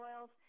oils